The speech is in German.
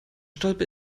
stolpe